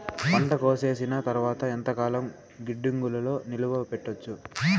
పంట కోసేసిన తర్వాత ఎంతకాలం గిడ్డంగులలో నిలువ పెట్టొచ్చు?